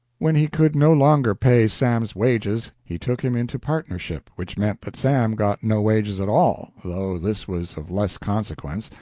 when he could no longer pay sam's wages he took him into partnership, which meant that sam got no wages at all, though this was of less consequence,